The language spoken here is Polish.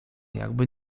jakby